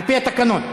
על-פי התקנון.